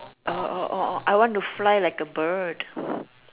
uh uh orh orh I want to fly like a bird